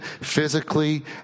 physically